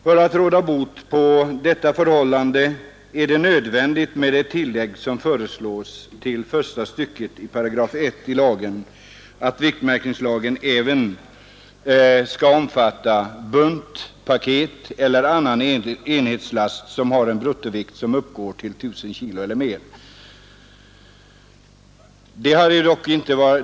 För att råda bot på detta förhållande är det nödvändigt med det tillägg som föreslås till första stycket till I § i lagen att viktmärkningslagen även skall omfatta bunt, paket eller annan enhetslast, vars bruttovikt uppgår till ettusen kilogram eller mera.